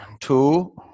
Two